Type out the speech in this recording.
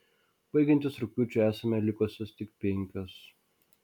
baigiantis rugpjūčiui esame likusios tik penkios